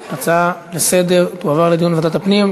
ההצעה להפוך את הצעת חוק לתיקון פקודת בתי-הסוהר (מרחב מחיה לאסיר),